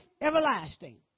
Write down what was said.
everlasting